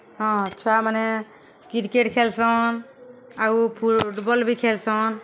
ହଁ ଛୁଆମାନେ କ୍ରିକେଟ୍ ଖେଲ୍ସନ୍ ଆଉ ଫୁଟ୍ବଲ୍ ବି ଖେଲ୍ସନ୍